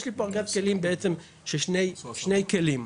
אין משהו שמישהו שמריץ שני מטרו במקביל במידה ואחד יתעכב.